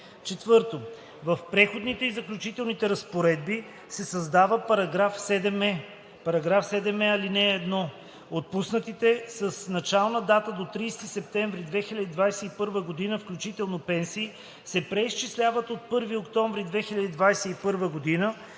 4. В преходните и заключителните разпоредби се създава § 7е: „7е. (1) Отпуснатите с начална дата до 30 септември 2021 г. включително пенсии се преизчисляват от 1 октомври 2021 г.